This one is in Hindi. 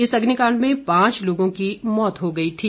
इस अग्निकांड में पांच लोगों की मौत हो गई थी